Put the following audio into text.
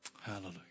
Hallelujah